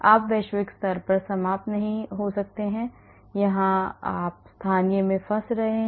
आप वैश्विक स्तर पर समाप्त नहीं हो सकते हैं आप यहां स्थानीय में फंस रहे हैं